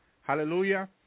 hallelujah